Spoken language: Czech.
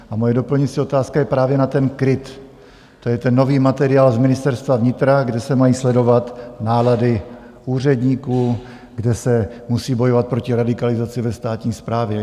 A moje doplňující otázka je právě na ten KRIT, to je ten nový materiál z Ministerstva vnitra, kde se mají sledovat nálady úředníků, kde se musí bojovat proti radikalizaci ve státní správě.